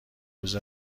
روز